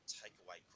takeaway